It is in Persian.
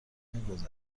میگذشت